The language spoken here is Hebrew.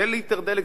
זה ליטר דלק,